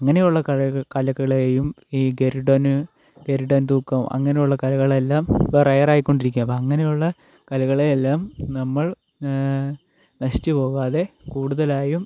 അങ്ങനെയുള്ള കള കലകളെയും ഈ ഗരുഡൻ ഗരുഡൻ തൂക്കം അങ്ങനെയുള്ള കലകളെല്ലാം ഇപ്പോൾ റെയർ കൊണ്ടിരിക്കുകയാണ് അപ്പം അങ്ങനെയുള്ള കലകളെയെല്ലാം നമ്മൾ നശിച്ചു പോകാതെ കൂടുതലായും